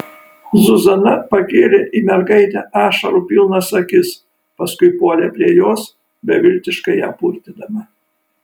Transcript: zuzana pakėlė į mergaitę ašarų pilnas akis paskui puolė prie jos beviltiškai ją purtydama